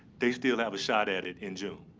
they still have a shot at it in june.